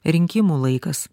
rinkimų laikas